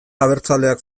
abertzaleak